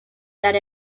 that